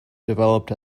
developed